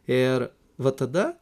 ir va tada